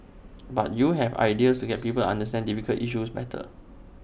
but you have ideas to get people understand difficult issues better